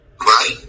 right